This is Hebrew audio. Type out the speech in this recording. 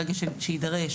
ברגע שיידרש,